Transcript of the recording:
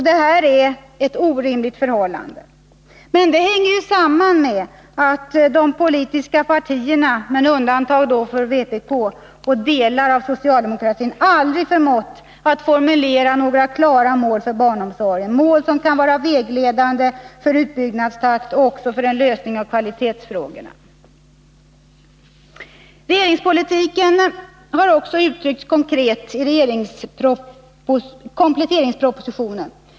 Detta är ett orimligt förhållande, men det hänger samman med att de politiska partierna, med undantag av vpk och delar av socialdemokratin, aldrig förmått att formulera några klara mål för barnomsorgen, mål som kan vara vägledande för utbyggnadstakten och för en lösning av kvalitetsfrågorna. Regeringspolitiken har också uttryckts konkret i kompletteringspropositionen.